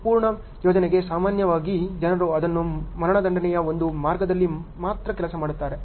ಸಂಪೂರ್ಣ ಯೋಜನೆಗೆ ಸಾಮಾನ್ಯವಾಗಿ ಜನರು ಅದನ್ನು ಮರಣದಂಡನೆಯ ಒಂದು ಮಾರ್ಗದಲ್ಲಿ ಮಾತ್ರ ಕೆಲಸ ಮಾಡುತ್ತಾರೆ